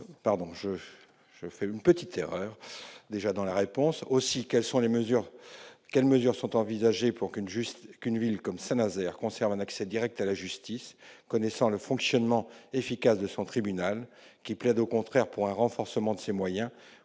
d'absorber une charge importante d'affaires. Aussi, quelles mesures sont envisagées pour qu'une ville comme Saint-Nazaire conserve un accès direct à la justice, connaissant le fonctionnement efficace de son tribunal, qui plaide au contraire pour un renforcement de ses moyens